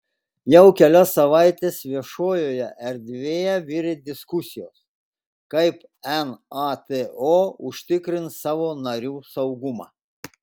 jau kelias savaites viešojoje erdvėje virė diskusijos kaip nato užtikrins savo narių saugumą